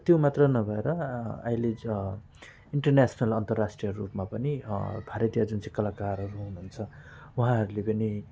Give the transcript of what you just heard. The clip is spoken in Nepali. र त्यो मात्र नभएर अहिले ज इन्टरनेसनल अन्तर्राष्ट्रिय रूपमा पनि भारतीय जुन चाहिँ कलाकारहरू हुनुहुन्छ उहाँहरूले पनि